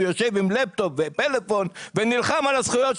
הוא יושב עם לפטופ ופלאפון ונלחם על הזכויות.